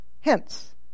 Hence